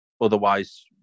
otherwise